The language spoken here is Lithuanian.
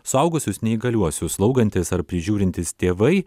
suaugusius neįgaliuosius slaugantys ar prižiūrintys tėvai